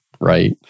right